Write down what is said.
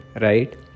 right